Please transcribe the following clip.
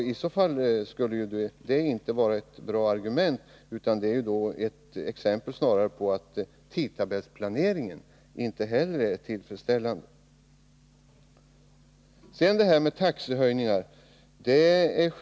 Man kan alltså inte anföra som argument att tågen måste stanna länge på stationerna, utan detta är snarare exempel på att inte heller tidtabellsplaneringen är tillfredsställande. Så till frågan om taxehöjningarna.